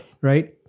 Right